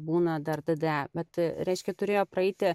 būna dar d d a bet reiškia turėjo praeiti